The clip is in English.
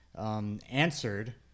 answered